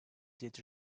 did